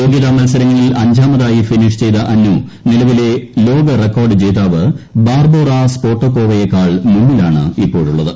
യോഗ്യത മൽസരങ്ങളിൽ അഞ്ചാമതായി ഫിനിഷ് ചെയ്ത അന്നു നിലവിലെ ലോക റെക്കോർഡ് ജേതാവ് ബാർബോറ സ്പോട്ടാകോവയെക്കാൾ മുന്നിലാണ് ഇപ്പോഴുള്ളത്